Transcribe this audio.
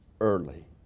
early